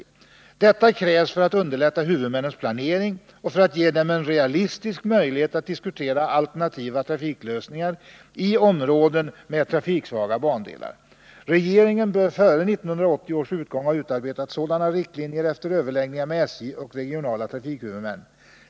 Detta krävs för att underlätta huvudmännens planering och för att ge dem en realistisk möjlighet att diskutera alternativa trafiklösningar i områden med trafiksvaga bandelar. Regeringen bör före 1980 års utgång ha utarbetat sådana riktlinjer efter överläggningar med SJ och regionala trafikhuvudmän.